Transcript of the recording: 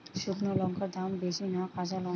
শুক্নো লঙ্কার দাম বেশি না কাঁচা লঙ্কার?